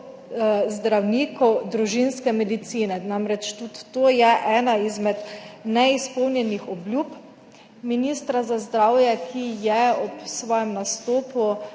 zdravnikov družinske medicine. Namreč, tudi to je ena izmed neizpolnjenih obljub ministra za zdravje, ki je ob svojem nastopu